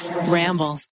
Ramble